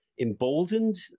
emboldened